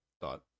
thought